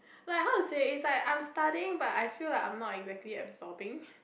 like how to say is like I am studying but I feel like I am not exactly absorbing